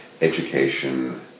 education